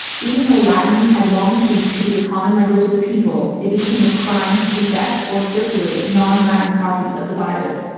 even though latin had long-ceased to be the common language of the people, it became a crime to possess or circulate non-latin copies of the bible.